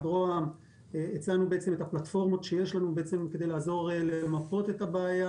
ראש הממשלה הצענו את הפלטפורמות שיש לנו כדי לעזור למפות את הבעיה,